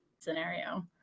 scenario